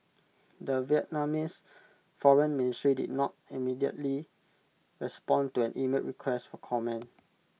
the Vietnamese foreign ministry did not immediately respond to an emailed request for comment